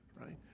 right